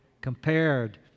compared